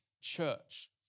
church